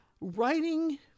Writing